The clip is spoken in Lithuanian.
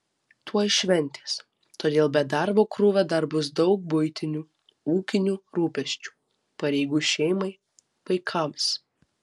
tuoj šventės todėl be darbo krūvio dar bus daug buitinių ūkinių rūpesčių pareigų šeimai vaikams